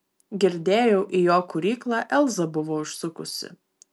girdėjau į jo kūryklą elza buvo užsukusi